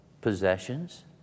possessions